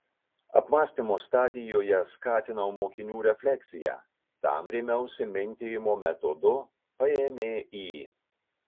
apmąstymo stadijoje skatinau mokinių refleksiją tam rėmiausi mintijimo metodu pmį